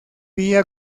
vía